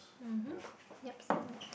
mmhmm yupsie